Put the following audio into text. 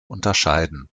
unterscheiden